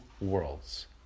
worlds